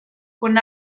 con